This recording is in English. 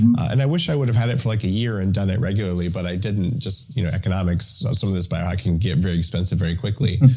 and and i wish i would have had it for, like, a year and done it regularly, but i didn't. just economics some of this bio-hacking can get very expensive very quickly.